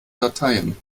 dateien